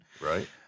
Right